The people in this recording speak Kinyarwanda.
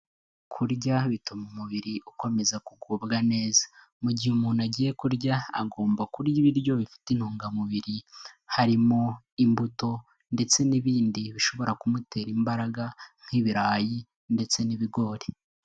Kurya bituma umubiri ukomeza kugubwa neza, mu gihe umuntu agiye kurya agomba kurya ibiryo bifite intungamubiri, harimo imbuto ndetse n'ibindi bishobora kumutera imbaraga nk'ibirayi ndetse n'ibigori.